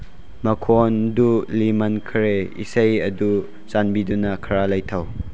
ꯃꯈꯣꯜꯗꯨ ꯂꯤꯃꯟꯈ꯭ꯔꯦ ꯏꯁꯩ ꯑꯗꯨ ꯆꯥꯟꯕꯤꯗꯨꯅ ꯈꯔ ꯂꯩꯊꯧ